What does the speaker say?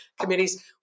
committees